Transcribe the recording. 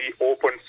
open